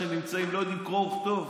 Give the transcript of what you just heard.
לא יודעים קרוא וכתוב.